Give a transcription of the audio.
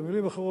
במלים אחרות,